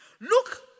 Look